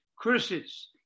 curses